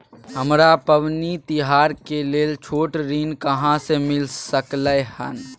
हमरा पबनी तिहार के लेल छोट ऋण कहाँ से मिल सकलय हन?